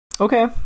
Okay